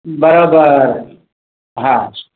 बराबरि हा